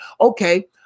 okay